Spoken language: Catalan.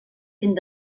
fent